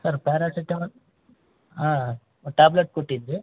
sir paracetamol ಹಾಂ tablet ಕೊಟ್ಟಿದ್ರಿ